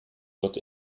dort